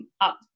up